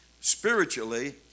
spiritually